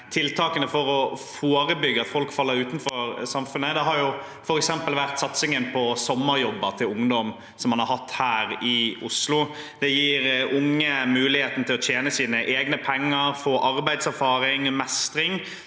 tiltakene for å forebygge at folk faller utenfor samfunnet, har f.eks. vært satsingen på sommerjobber til ungdom, som man har hatt her i Oslo. Det gir unge muligheten til å tjene sine egne penger og få arbeidserfaring og mestring